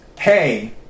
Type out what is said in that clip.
hey